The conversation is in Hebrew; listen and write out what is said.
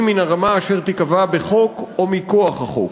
מן הרמה אשר תיקבע בחוק או מכוח החוק.